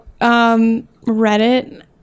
Reddit